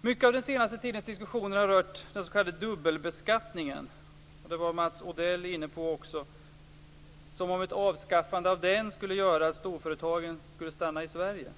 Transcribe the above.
Mycket av den senaste tidens diskussioner har rört den s.k. dubbelbeskattningen, vilken också Mats Odell var inne på, som om ett avskaffande av den skulle göra att storföretagen skulle stanna i Sverige.